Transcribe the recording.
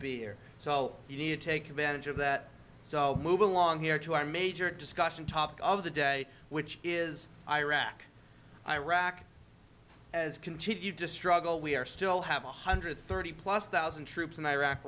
be here so you need to take advantage of that so long here to our major discussion topic of the day which is iraq iraq has continued to struggle we are still have one hundred thirty plus thousand troops in iraq